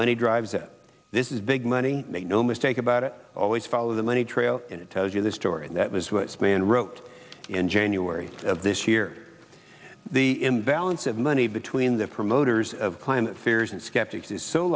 money drives this is big money make no mistake about it always follow the money trail and it tells you the story and that was what man wrote in january of this year the imbalance of money between the promoters of climate fears and skeptics is so